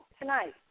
tonight